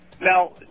Now